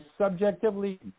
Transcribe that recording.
subjectively